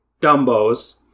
dumbos